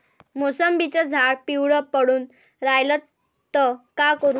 मोसंबीचं झाड पिवळं पडून रायलं त का करू?